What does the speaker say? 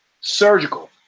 surgical